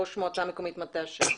ראש מועצה מקומית מטה אשר.